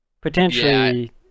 Potentially